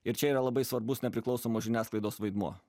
ir čia yra labai svarbus nepriklausomos žiniasklaidos vaidmuo